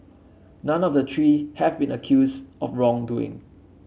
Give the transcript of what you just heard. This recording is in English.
none of the three have been accused of wrongdoing